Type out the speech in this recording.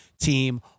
team